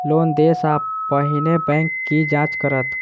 Loan देय सा पहिने बैंक की जाँच करत?